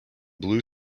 blue